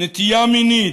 נטייה מינית,